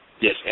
Yes